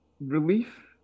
relief